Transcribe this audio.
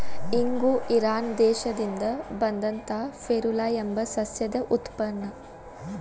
ಇಂಗು ಇರಾನ್ ದೇಶದಿಂದ ಬಂದಂತಾ ಫೆರುಲಾ ಎಂಬ ಸಸ್ಯದ ಉತ್ಪನ್ನ